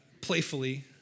playfully